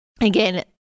again